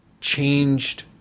changed